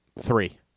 Three